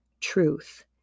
truth